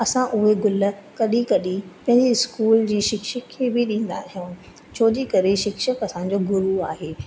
ऐं असां उहे गुल कॾहिं कॾहिं पहले स्कूल जी शिक्षक खे बि ॾींदा आहियूं छोजी करे शिक्षक असांजो गुरू आहे